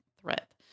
threat